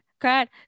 cried